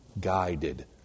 guided